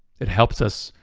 it helps us,